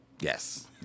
Yes